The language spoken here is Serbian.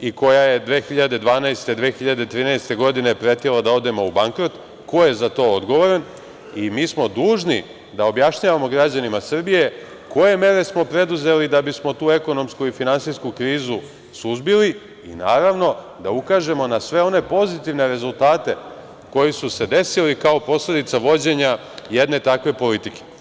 i koja je 2012. - 2013. godine, pretila da odemo u bankrot, ko je za to odgovoran i mi smo dužni da objašnjavamo građanima Srbije koje mere smo preduzeli da bismo tu ekonomsku i finansijsku krizu suzbili i naravno, da ukažemo na sve one pozitivne rezultate koji su se desili kao posledica vođenja jedne takve politike.